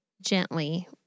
gently